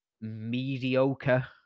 mediocre